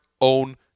own